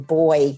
boy